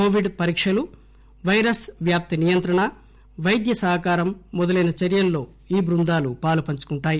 Covid పరీక్షలు virus వ్యాప్తి నియంత్రణ వైద్య సహకారం మొదలైన చర్యల్లో ఈ బృందాలు పాలుపంచుకుంటాయి